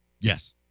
Yes